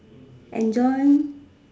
enjoy